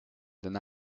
deny